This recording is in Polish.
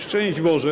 Szczęść Boże!